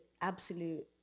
absolute